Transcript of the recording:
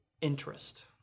interest